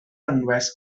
anwes